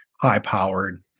high-powered